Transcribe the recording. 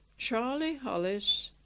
charley hollis,